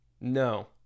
No